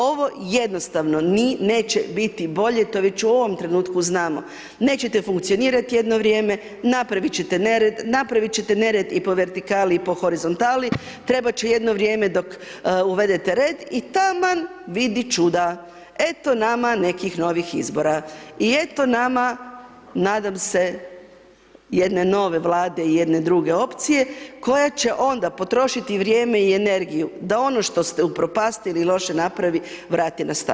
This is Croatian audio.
Ovo jednostavno neće biti bolje i to mi već u ovom trenutku znamo, nećete funkcionirati jedno vrijeme, napraviti ćete nered, napraviti ćete nered i po vertikali i po horizontali, trebati će jedno vrijeme dok uvedete red i taman vidi čuda, eto nama nekih novih izbora i eto nama, nadam se jedne nove vlade i jedne druge opcije, koja će onda potrošiti i vrijeme i energiju da ono što ste upropastili i loše napravi vrati na staro.